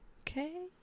Okay